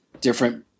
different